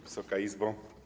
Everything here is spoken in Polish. Wysoka Izbo!